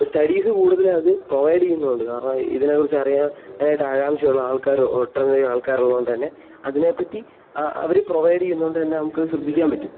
studies കൂടുതൽ അത് provide ചെയ്യുന്നുണ്ട് കാരണം ഇതിനെ കുറിച്ച് അറിയാൻ ആയിട്ട് ആകാംക്ഷയുള്ള ആൾക്കാർ ഒട്ടനവധി ആൾക്കാർ ഉള്ളത് കൊണ്ട് തന്നെ അതിനെ പറ്റി അവർ പ്രൊവൈഡ് ചെയ്യുന്നതു കൊണ്ട് തന്നെ നമുക്ക് ശ്രദ്ധിക്കാൻ പറ്റും